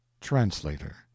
TRANSLATOR